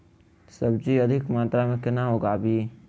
सब्जी अधिक मात्रा मे केना उगाबी?